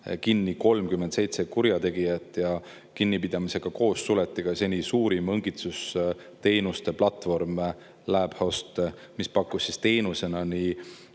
kinni 37 kurjategijat. Kinnipidamistega koos suleti ka seni suurim õngitsusteenuste platvorm LabHost, mis pakkus teenusena